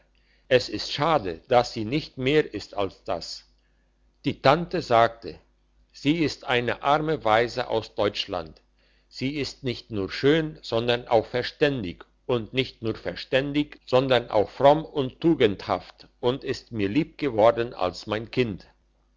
es ist schade dass sie nicht mehr ist als das die tante sagte sie ist eine arme waise aus deutschland sie ist nicht nur schön sondern auch verständig und nicht nur verständig sondern auch fromm und tugendhaft und ist mir lieb geworden als mein kind